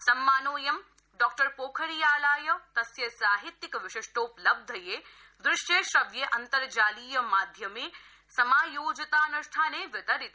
सम्मानोऽयं डॉ पोखरियालाय तस्य साहित्यिक विशिष्टोपलब्धये दृश्य श्रव्य अन्तर्जालीय माध्यमे समायोजितानृष्ठाने वितरित